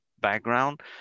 background